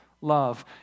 Love